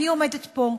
אני עומדת פה,